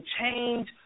change